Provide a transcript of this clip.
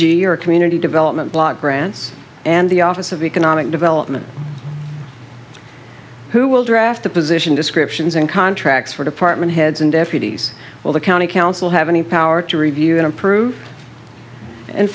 or community development block grants and the office of economic development who will draft the position descriptions and contracts for department heads and deputies all the county council have any power to review and approve and